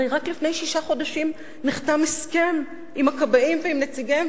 הרי רק לפני שישה חודשים נחתם הסכם עם הכבאים ועם נציגיהם,